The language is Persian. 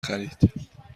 خرید